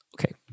okay